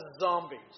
zombies